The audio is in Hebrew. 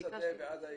מהשדה ועד העיר.